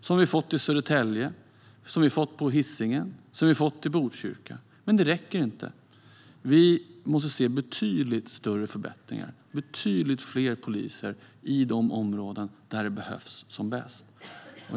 Vi har fått det i Södertälje, på Hisingen och i Botkyrka. Men det räcker inte. Vi måste se betydligt större förbättringar och betydligt fler poliser i de områden där de behövs som bäst.